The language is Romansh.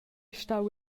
stau